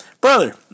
Brother